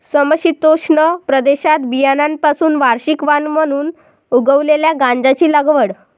समशीतोष्ण प्रदेशात बियाण्यांपासून वार्षिक वाण म्हणून उगवलेल्या गांजाची लागवड